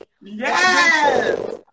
Yes